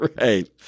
right